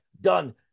Done